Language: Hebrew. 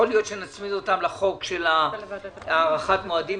אולי נצמיד אותה לחוק על הארכת מועדים,